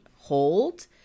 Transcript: hold